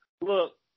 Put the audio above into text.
Look